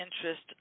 interest